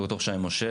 אני ד"ר שי מושל,